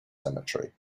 cemetery